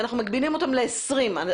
ואנחנו מגבילים אותם ל-20 אנשים.